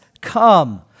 come